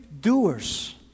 doers